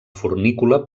fornícula